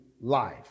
life